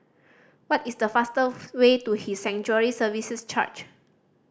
what is the fastest way to His Sanctuary Services Church